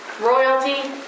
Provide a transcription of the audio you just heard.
royalty